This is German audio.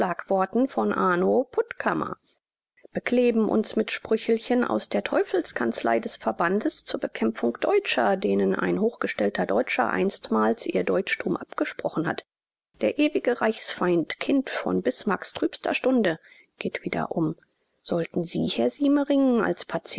schlagworten von anno puttkamer bekleben uns mit sprüchelchen aus der teufelskanzlei des verbandes zur bekämpfung deutscher denen ein hochgestellter deutscher einstmals ihr deutschtum abgesprochen hat der ewige reichsfeind kind von bismarcks trübster stunde geht wieder um sollten sie herr siemering als